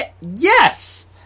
Yes